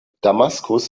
damaskus